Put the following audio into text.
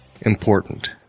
important